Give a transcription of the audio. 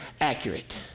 accurate